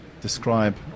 describe